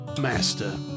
Master